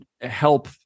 help